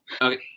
okay